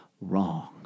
wrong